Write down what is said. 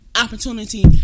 opportunity